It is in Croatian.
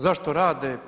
Zašto rade?